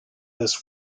this